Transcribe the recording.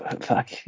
Fuck